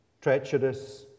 treacherous